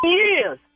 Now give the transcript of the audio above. years